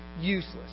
useless